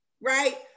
right